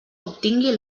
obtingui